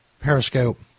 Periscope